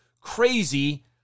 Crazy